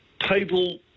people